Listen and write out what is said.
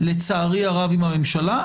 לצערי הרב, עם הממשלה.